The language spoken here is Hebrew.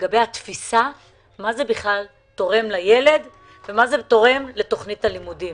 לגבי התפיסה מה זה תורם לילד ומה זה תורם לתכנית הלימודים.